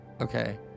okay